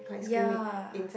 ya